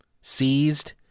seized